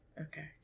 Okay